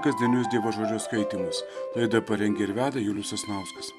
kasdienius dievo žodžio skaitymus laidą parengė ir veda julius sasnauskas